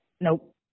Nope